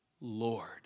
Lord